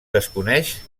desconeix